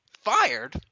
fired